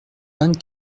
vingt